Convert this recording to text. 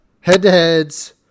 Head-to-heads